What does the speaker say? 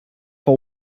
from